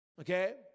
Okay